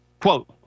quote